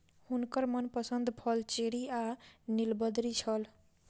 हुनकर मनपसंद फल चेरी आ नीलबदरी छल